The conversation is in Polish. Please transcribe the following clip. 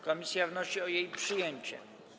Komisja wnosi o jej przyjęcie.